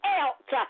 else